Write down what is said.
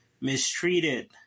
mistreated